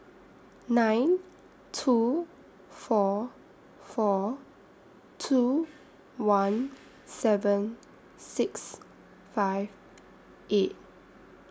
nine two four four two one seven six five eight